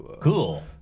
Cool